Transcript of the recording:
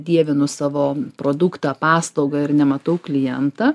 dievinu savo produktą paslaugą ir nematau klientą